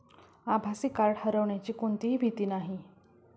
आभासी कार्ड हरवण्याची कोणतीही भीती नाही